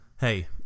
hey